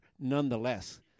nonetheless